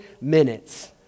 minutes